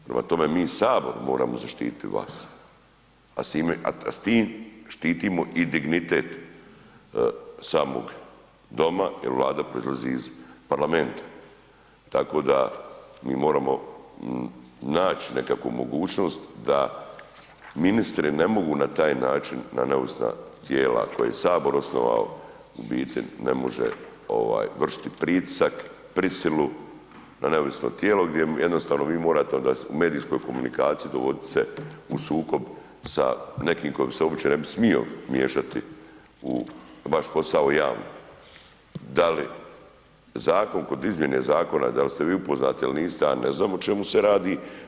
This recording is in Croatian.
Prema tome mi sabor moramo zaštiti vas, a s tim štitimo i dignitet samog doma jer vlada proizlazi iz parlamenta tako da mi moramo naći nekakvu mogućnost da ministri ne mogu na taj način na neovisna tijela koje se sabor osnovao u biti ne može ovaj vršiti pritisak, prisilu na neovisno tijelo gdje jednostavno vi morate onda u medijskoj komunikaciji dovodit se u sukob sa nekim ko bi se uopće ne bi smio miješati u vaš posao u …/nerazumljivo/… da li zakon kod izmjene zakona, da li ste vi upoznati il niste ja ne znam o čemu se radi.